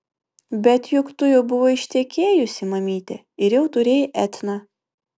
bet juk tu jau buvai ištekėjusi mamyte ir jau turėjai etną